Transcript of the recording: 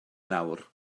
nawr